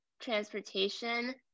transportation